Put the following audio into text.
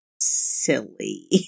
silly